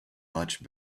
much